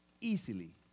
easily